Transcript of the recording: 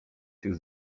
tych